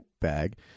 bag